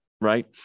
right